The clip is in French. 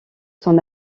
son